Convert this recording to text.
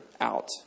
out